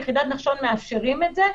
יחידת נחשון מאפשרים את זה.